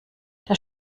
der